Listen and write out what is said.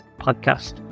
podcast